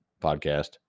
podcast